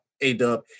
A-Dub